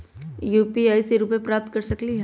UPI से रुपए प्राप्त कर सकलीहल?